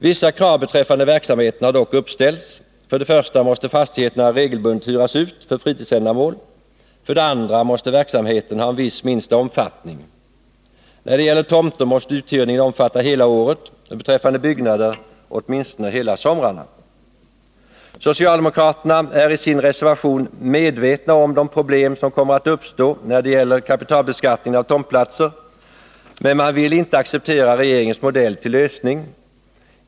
Vissa krav beträffande verksamheten har dock uppställts. För det första måste fastigheterna regelbundet hyres ut för fritidsändamål. För det andra måste verksamheten ha en viss minsta omfattning. När det gäller tomter måste uthyrningen "omfatta hela året och beträffande byggnader åtminstone hela somrarna. Socialdemokraterna är i sin reservation medvetna om de problem som kommer att uppstå när det gäller kapitalbeskattningen av tomtplatser, men man vill inte acceptera regeringens modell till lösning.